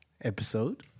episode